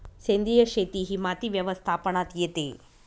सेंद्रिय शेती ही माती व्यवस्थापनात येते